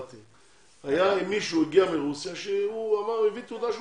הגיע מישהו מרוסיה והוא הביא תעודה שהוא